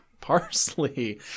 parsley